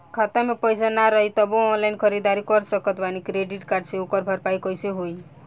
खाता में पैसा ना रही तबों ऑनलाइन ख़रीदारी कर सकत बानी क्रेडिट कार्ड से ओकर भरपाई कइसे होई?